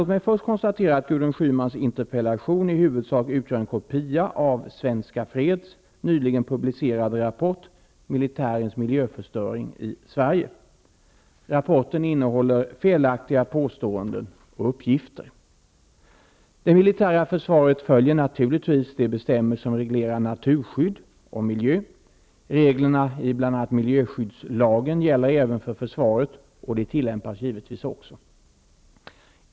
Låt mig först konstatera att Gudrun Schymans interpellation i huvudsak utgör en kopia av ''Svenska Freds'' nyligen publicerade rapport Militärens miljöförstöring i Sverige. Rapporten innehåller felaktiga påståenden och uppgifter. Det militära försvaret följer naturligtvis de bestämmelser som reglerar naturskydd och miljö. Reglerna i bl.a. miljöskyddslagen gäller även för försvaret, och de tillämpas givetvis också.